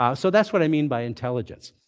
um so that's what i mean by intelligence.